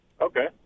Okay